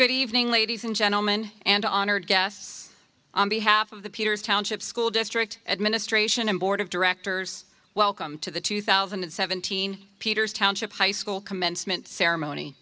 good evening ladies and gentlemen and honored guests on behalf of the peters township school district administration and board of directors welcome to the two thousand and seventeen peters township high school commencement ceremony